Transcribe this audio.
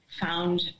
found